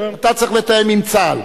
צריך לתאם עם צה"ל.